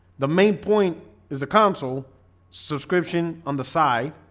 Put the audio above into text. the main point is the counsel subscription on the side,